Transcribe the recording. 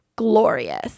glorious